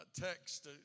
text